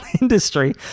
Industry